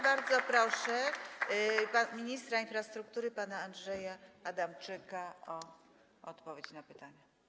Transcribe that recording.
Bardzo proszę ministra infrastruktury pana Andrzeja Adamczyka o odpowiedź na pytania.